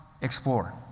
explore